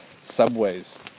subways